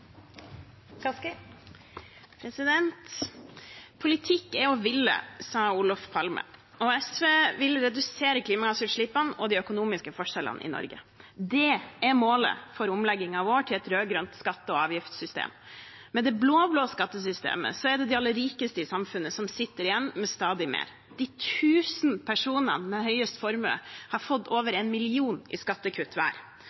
Politikk er å ville, sa Olof Palme. SV vil redusere klimagassutslippene og de økonomiske forskjellene i Norge. Det er målet for omleggingen vår til et rød-grønt skatte- og avgiftssystem. Med det blå-blå skattesystemet er det de aller rikeste i samfunnet som sitter igjen med stadig mer. De tusen personene med høyest formue har fått over 1 mill. kr i skattekutt hver.